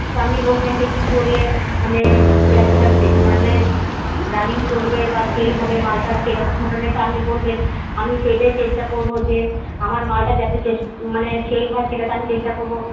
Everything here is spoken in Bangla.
সেটা তো আপনি বলবেন যে কি করলে মানে ব্যবসাটা সেই মানে রানিং চলবে বা সেল হবে মালটার সেই রকম ধরনের তো আপনি বলবেন আমি সেইটাই চেষ্টা করব যে আমার মালটা যাতে মানে সেল হয় সেটা তো আমি চেষ্টা করব